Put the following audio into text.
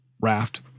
raft